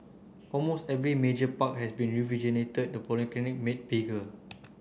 almost every major park has been rejuvenated the polyclinic made bigger